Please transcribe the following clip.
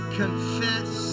confess